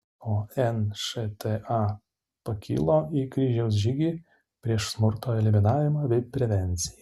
o nšta pakilo į kryžiaus žygį prieš smurto eliminavimą bei prevenciją